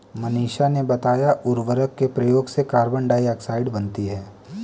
मनीषा ने बताया उर्वरक के प्रयोग से कार्बन डाइऑक्साइड बनती है